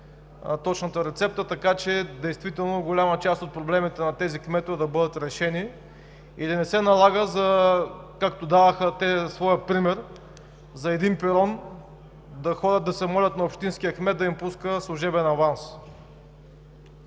точната рецепта, така че голяма част от проблемите на тези кметове действително да бъдат решени и да не се налага – както дадоха своя пример, за един пирон да ходят, да се молят на общинския кмет да им пуска служебен аванс.